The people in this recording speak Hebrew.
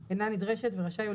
השר רשאי,